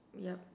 yup